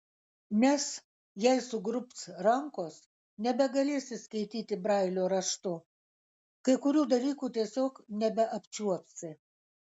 nes jei sugrubs rankos nebegalėsi skaityti brailio raštu kai kurių dalykų tiesiog nebeapčiuopsi